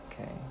Okay